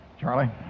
Charlie